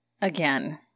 again